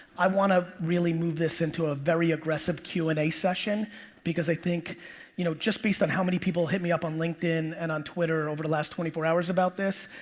i wanna really move this into a very aggressive q and a session because i think you know just based on how many people hit me up on linkedin and on twitter over the last twenty four hours about this,